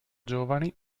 giovani